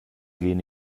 gehen